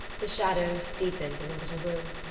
the shadows deepened in the little room.